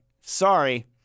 Sorry